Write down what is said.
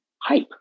hype